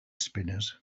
spinners